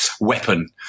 weapon